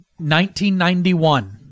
1991